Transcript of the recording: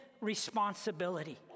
responsibility